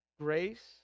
Grace